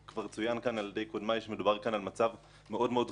צוין כאן על-ידי קודמיי שמדובר במצב מאוד חריג,